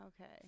Okay